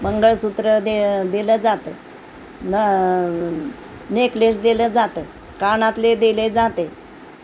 मंगळसूत्रं दे दिलं जातं न नेकलेस दिलं जातं कानातले दिले जाते